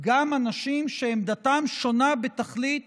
גם אנשים שעמדתם שונה בתכלית